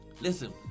listen